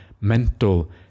mental